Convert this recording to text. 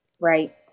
Right